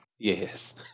Yes